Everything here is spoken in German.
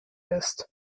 ist